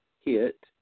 hit